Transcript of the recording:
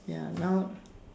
ya now